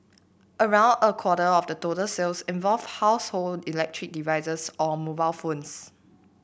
around a quarter of the total sales involved household electric devices or mobile phones